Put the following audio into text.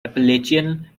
appalachian